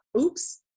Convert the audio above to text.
Oops